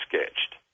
sketched